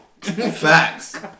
Facts